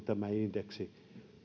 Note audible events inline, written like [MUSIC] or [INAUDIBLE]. [UNINTELLIGIBLE] tämä indeksi